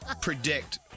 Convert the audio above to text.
predict